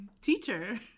teacher